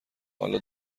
حالا